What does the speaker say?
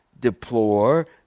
deplore